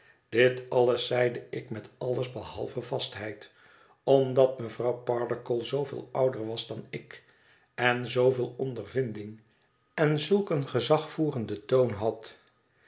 dit alles zeide ik met alles behalve vastheid omdat mevrouw pardiggle zooveel ouder was dan ik en zooveel ondervinding en zulk een gezagvoerenden toon had